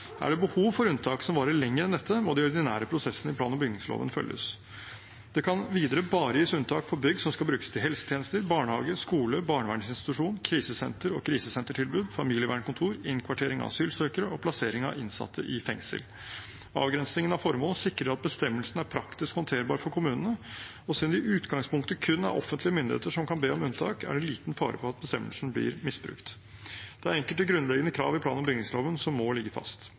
Er det behov for unntak som varer lenger enn dette, må de ordinære prosessene i plan- og bygningsloven følges. Det kan videre bare gis unntak for bygg som skal brukes til helsetjenester, barnehage, skole, barnevernsinstitusjon, krisesenter og krisesentertilbud, familievernkontor, innkvartering av asylsøkere og plassering av innsatte i fengsel. Avgrensningen i formål sikrer at bestemmelsen er praktisk håndterbar for kommunene, og siden det i utgangspunktet kun er offentlige myndigheter som kan be om unntak, er det liten fare for at bestemmelsen blir misbrukt. Det er enkelte grunnleggende krav i plan- og bygningsloven som må ligge fast.